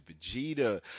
Vegeta